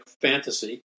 fantasy